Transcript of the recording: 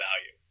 value